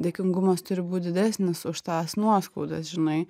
dėkingumas turi būt didesnis už tas nuoskaudas žinai